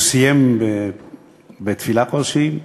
והוא סיים בתפילה כלשהי,